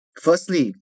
Firstly